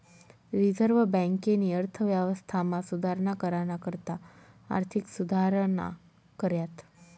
reserve बँकेनी अर्थव्यवस्थामा सुधारणा कराना करता आर्थिक सुधारणा कऱ्यात